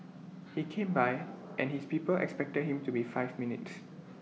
he came by and his people expected him to be five minutes